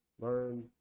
learn